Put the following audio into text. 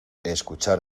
escuchar